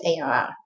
ARR